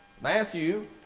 Matthew